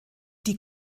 die